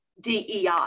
DEI